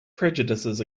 prejudices